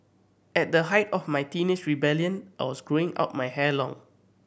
at the height of my teenage rebellion I was growing out my hair long